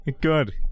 Good